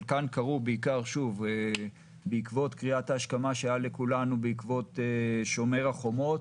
חלקם קרו בעקבות קריאת ההשכמה שהייתה לכולנו בעקבות שומר החומות,